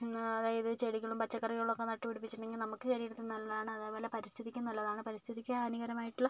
അതായത് ചെടികളും പച്ചക്കറികളും ഒക്കെ നട്ട് പിടിപ്പിച്ചിട്ടുണ്ടെങ്കിൽ നമുക്ക് ശരീരത്തിന് നല്ലതാണ് അതേപോലെ പരിസ്ഥിതിക്കും നല്ലതാണ് പരിസ്ഥിതിക്ക് ഹാനികരമായിട്ടുള്ള